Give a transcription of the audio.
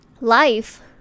life